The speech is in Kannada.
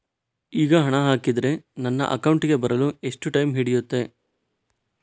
ಈಗ ಹಣ ಹಾಕಿದ್ರೆ ನನ್ನ ಅಕೌಂಟಿಗೆ ಬರಲು ಎಷ್ಟು ಟೈಮ್ ಹಿಡಿಯುತ್ತೆ?